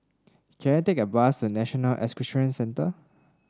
can I take a bus to National Equestrian Centre